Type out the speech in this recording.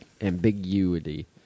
Ambiguity